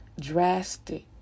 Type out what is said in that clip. drastic